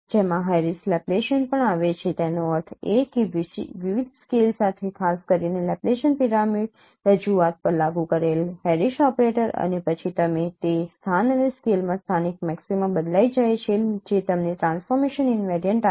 જેમા Harris Laplacian પણ આવે છે તેનો અર્થ એ કે વિવિધ સ્કેલ સાથે ખાસ કરીને લેપ્લેસિયન પિરામિડ રજૂઆતો પર લાગુ કરેલ હેરિસ ઓપરેટર અને પછી તમને તે સ્થાન અને સ્કેલમાં સ્થાનિક મૅક્સીમા બદલાઇ જાય છે જે તમને ટ્રાન્સફોર્મેશન ઈનવેરિયન્ટ આપશે